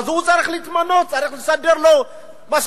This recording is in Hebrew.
ואז הוא צריך למנות, צריך לסדר לו משכורות.